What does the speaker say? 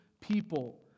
people